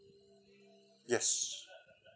yes